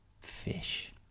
fish